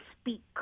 speak